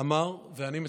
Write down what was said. אמר, ואני מצטט: